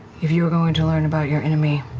if you're going to learn about your enemy,